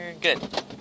Good